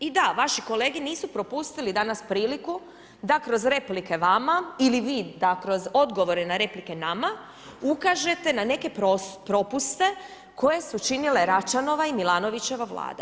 I da, vaši kolege nisu propustili danas priliku da kroz replike vama ili vi da kroz odgovore na replike nama, ukažete na neke propuste koje su činile Račanova i Milanovićeva vlada.